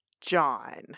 john